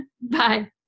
Bye